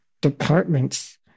departments